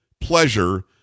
pleasure